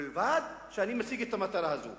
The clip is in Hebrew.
ובלבד שאני אני משיג את המטרה הזאת,